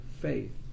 faith